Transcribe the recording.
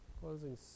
closing